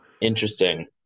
Interesting